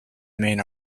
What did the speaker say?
main